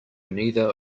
neither